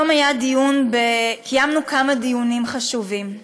היום קיימנו כמה דיונים חשובים.